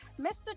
Mr